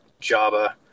Java